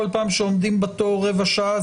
כל פעם שעומדים בתור רבע שעה,